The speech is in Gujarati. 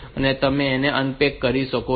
તેથી તમે તેને અનપેક્ડ કરી શકો છો